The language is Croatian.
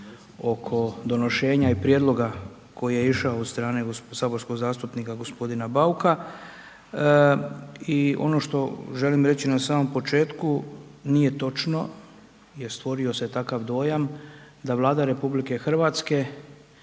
oko donošenja i prijedloga koje je išao od strane saborskog zastupnika g. Bauka i ono što želim reći na samom početku, nije točno jer stvorio se takav dojam da Vlada RH ili kao